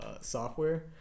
software